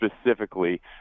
specifically